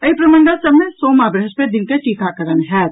एहि प्रमंडल सभ मे सोम आ वृहस्पति दिन के टीकाकरण होयत